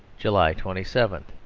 july twenty seven.